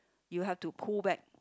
you have to pull back